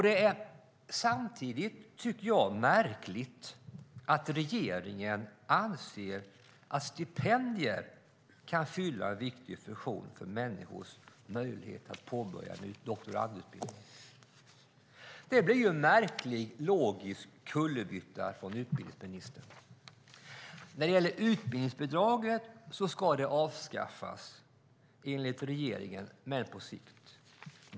Det är samtidigt märkligt att regeringen anser att stipendier kan fylla en viktig funktion för människors möjlighet att påbörja en doktorandutbildning. Det blir en märklig logisk kullerbytta från utbildningsministern. Utbildningsbidraget ska enligt regeringen avskaffas på sikt.